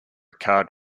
card